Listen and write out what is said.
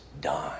done